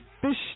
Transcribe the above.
fish